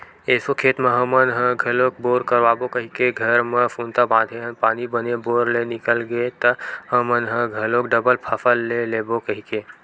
एसो खेत म हमन ह घलोक बोर करवाबो कहिके घर म सुनता बांधे हन पानी बने बोर ले निकल गे त हमन ह घलोक डबल फसल ले लेबो कहिके